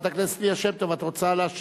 חברת הכנסת ליה שמטוב, את רוצה להשיב?